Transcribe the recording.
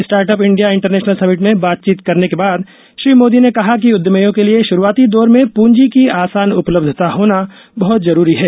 startup India international summit में बातचीत करने के बाद श्री मोदी ने कहा कि उद्यमियों के लिए शुरूआती दौर में पंजी की आसान उपलब्धता होना बहत जरूरी है